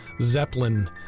Zeppelin